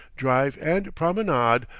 drive and promenade,